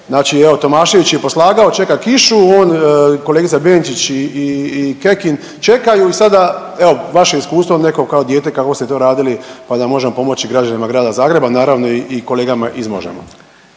Znači evo Tomašević je poslagao čeka kišu, on, kolegica Benčić i, i Kekin čekaju i sada evo vaše iskustvo neko kao dijete kako ste to radili pa da možemo pomoći građanima Grada Zagreba naravno i kolegama iz Možemo.